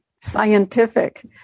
scientific